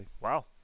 wow